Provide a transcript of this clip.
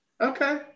Okay